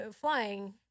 flying